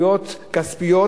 מחויבויות כספיות,